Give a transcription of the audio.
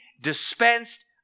dispensed